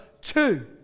two